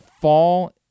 fall